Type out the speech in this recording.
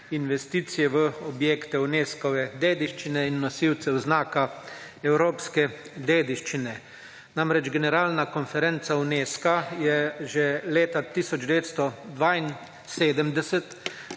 investicije v objekte Unescove dediščine in nosilce znaka evropske dediščine. Namreč, generalna konferenca Unesca je že leta 1972